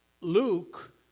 Luke